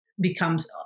becomes